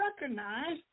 recognize